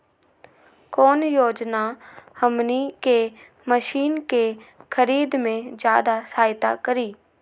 कौन योजना हमनी के मशीन के खरीद में ज्यादा सहायता करी?